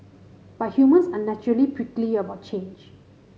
but humans are naturally prickly about change